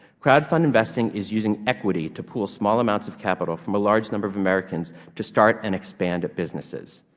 crowdfund investing is using equity to pool small amounts of capital from a large number of americans to start and expand at businesses.